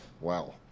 Wow